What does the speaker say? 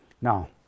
Now